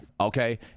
okay